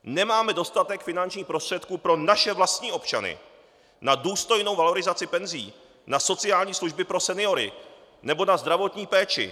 Nemáme dostatek finančních prostředků pro naše vlastní občany na důstojnou valorizaci penzí, na sociální služby pro seniory nebo na zdravotní péči!